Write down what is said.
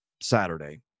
Saturday